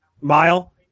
Mile